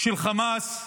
של חמאס,